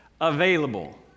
available